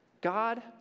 God